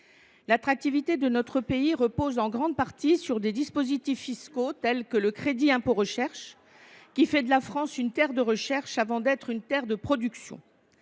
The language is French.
L’attractivité de notre pays repose en grande partie sur des dispositifs fiscaux, comme le crédit d’impôt recherche, qui fait de la France une terre de recherche avant d’être une terre de production.